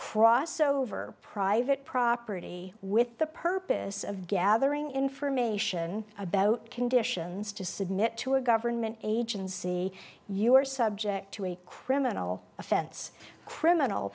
cross over private property with the purpose of gathering information about conditions to submit to a government agency you are subject to a criminal offense criminal